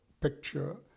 picture